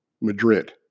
Madrid